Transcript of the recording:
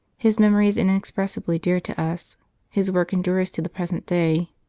his memory is inexpressibly dear to us his work endures to the present day.